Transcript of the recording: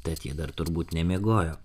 tad ji dar turbūt nemiegojo